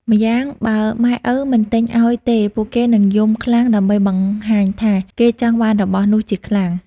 ម្យ៉ាងបើម៉ែឪមិនទិញឲ្យទេពួកគេនឹងរយំខ្លាំង ដើម្បីបង្ហាញថាគេចង់បានរបស់នោះជាខ្លាំង។